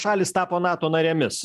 šalys tapo nato narėmis